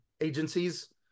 agencies